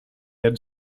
had